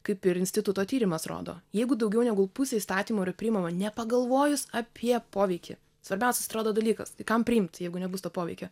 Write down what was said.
kaip ir instituto tyrimas rodo jeigu daugiau negu pusė įstatymų yra priimama nepagalvojus apie poveikį svarbiausias atrodo dalykas tai kam priimt jeigu nebus to poveikio